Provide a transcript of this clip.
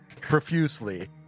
profusely